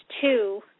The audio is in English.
two